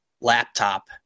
laptop